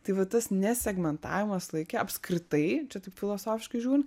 tai va tas ne segmentavimas laike apskritai čia taip filosofiškai žiūrint